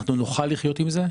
אנחנו נוכל לחיות עם זה,